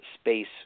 space